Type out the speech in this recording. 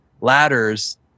ladders